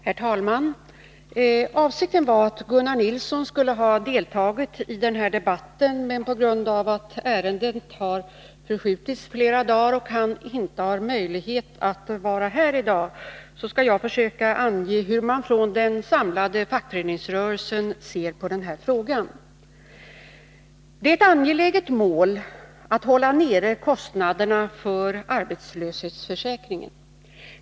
Herr talman! Avsikten var att Gunnar Nilsson skulle ha deltagit i denna debatt, men på grund av att ärendet förskjutits flera dagar och han inte har möjlighet att vara här i dag, skall jag försöka ange hur man från den samlade fackföreningsrörelsen ser på denna fråga. Det är ett angeläget mål att hålla nere kostnaderna för arbetslöshetsförsäkringen.